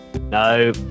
no